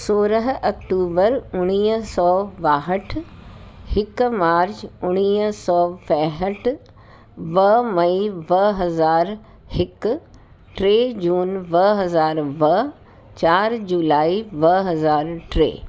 सोरहं अक्टूबर उणिवीह सौ ॿाहठि हिकु मार्च उणिवीह सौ फेहठि ॿ मई ॿ हज़ार हिकु टे जून ॿ हज़ार ॿ चारि जुलाई ॿ हज़ार टे